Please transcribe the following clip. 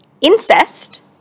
Incest